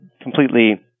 completely